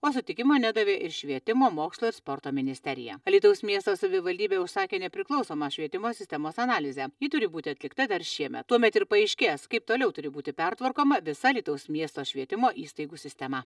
o sutikimo nedavė ir švietimo mokslo ir sporto ministerija alytaus miesto savivaldybė užsakė nepriklausomą švietimo sistemos analizę ji turi būti atlikta dar šiemet tuomet ir paaiškės kaip toliau turi būti pertvarkoma visa alytaus miesto švietimo įstaigų sistema